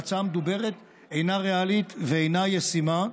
והצעה המדוברת אינה ריאלית ואינה ישימה.